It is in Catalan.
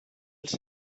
els